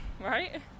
right